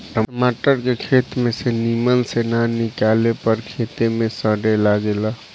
टमाटर के खेत में से निमन से ना निकाले पर खेते में सड़े लगेला